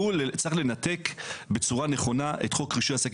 צריך לנתק בצורה נכונה את חוק רישוי עסקים